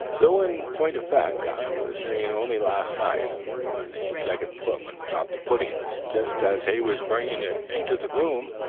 though in point of fact i was saying only last night, when the second footman dropped the pudding just as he was bringing it into the room,